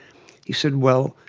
he said, well,